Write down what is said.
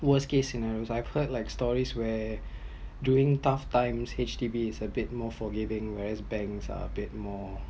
worst case scenario I heard like stories where during tough time HDB is a bit more forgiving whereas banks are a bit more